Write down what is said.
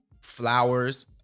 flowers